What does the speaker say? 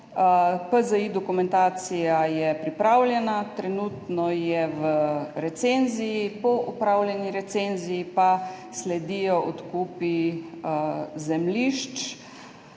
PZI dokumentacija je pripravljena, trenutno je v recenziji. Po opravljeni recenziji pa sledijo odkupi zemljišč.